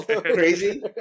crazy